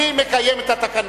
אני מקיים את התקנון.